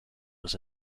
was